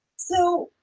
so,